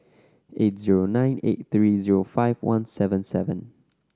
eight zero nine eight three zero five one seven seven